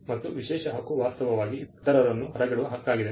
ಮತ್ತು ವಿಶೇಷ ಹಕ್ಕು ವಾಸ್ತವವಾಗಿ ಇತರರನ್ನು ಹೊರಗಿಡುವ ಹಕ್ಕಾಗಿದೆ